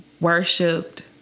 worshipped